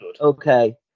Okay